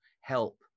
help